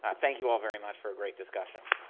ah thank you all very much for a great discussion.